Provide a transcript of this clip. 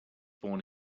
born